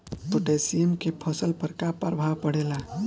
Potassium के फसल पर का प्रभाव पड़ेला?